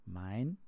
mein